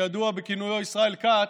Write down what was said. שידוע בכינויו ישראל כץ,